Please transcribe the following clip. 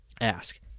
ask